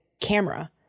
camera